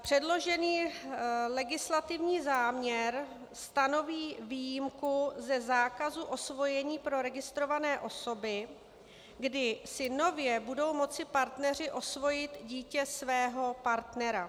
Předložený legislativní záměr stanoví výjimku ze zákazu osvojení pro registrované osoby, kdy si nově budou moci partneři osvojit dítě svého partnera.